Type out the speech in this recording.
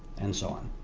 and so on.